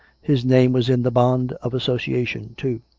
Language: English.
his name was in the bond of association too!